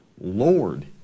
Lord